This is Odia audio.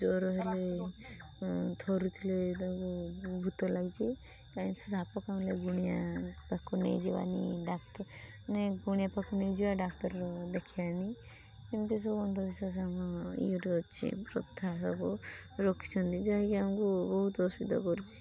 ଜର ହେଲେ ଥରୁ ଥିଲେ ତାଙ୍କୁ ଭୂତ ଲାଗିଛି କାହିଁକି ସାପ କାମୁଡ଼ିଲେ ଗୁଣିଆ ପାଖକୁ ନେଇ ଯିବାନି ଡାକ୍ତର ମାନେ ଗୁଣିଆ ପାଖକୁ ନେଇଯିବା ଡାକ୍ତର ଦେଖାଇବାନି ଏମିତି ସବୁ ଅନ୍ଧ ବିଶ୍ୱାସ ଆମ ଇଏରୁ ଅଛି ପ୍ରଥା ସବୁ ରଖିଛନ୍ତି ଯାହାକି ଆମକୁ ବହୁତ ଅସୁବିଧା କରୁଛି